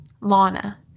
Lana